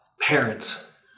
parents